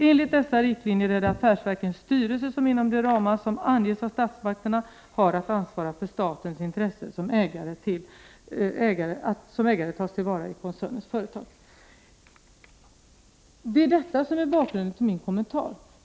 Enligt dessa riktlinjer är det affärsverkens styrelser som, inom de ramar som anges av statsmakterna, har att ansvara för att statens intresse som ägare tas till vara i koncernens företag.